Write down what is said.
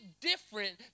different